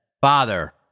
Father